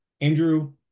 Andrew